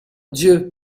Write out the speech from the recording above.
dieu